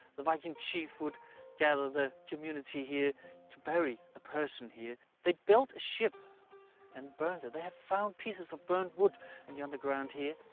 the viking chief would gather the community here to bury a person here. they built a ship and burned it. they have found pieces of burned wood in the underground here.